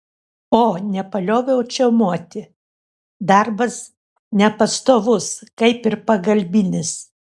o nepalioviau čiaumoti darbas nepastovus kaip ir pagalbinis